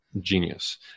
genius